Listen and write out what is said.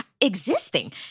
existing